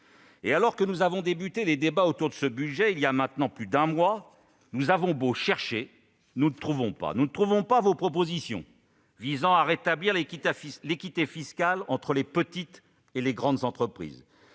Or, alors que nous avons débuté les débats autour de ce budget il y a maintenant plus d'un mois, nous avons beau chercher, nous ne trouvons pas ! Nous ne trouvons pas vos propositions visant à rétablir l'équité fiscale entre les petites et les grandes entreprises.